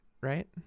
right